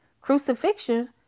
crucifixion